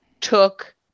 took